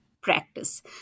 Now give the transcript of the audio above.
practice